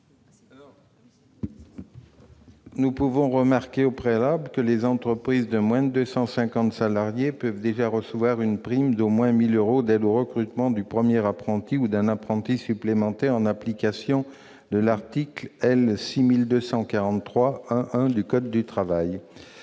? Je fais remarquer au préalable que les entreprises de moins de 250 salariés peuvent déjà recevoir une prime d'au moins 1 000 euros au titre de l'aide au recrutement d'un premier apprenti ou d'un apprenti supplémentaire, en application de l'article L. 6243-1-1 du code du travail.